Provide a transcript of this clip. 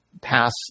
pass